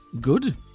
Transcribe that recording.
good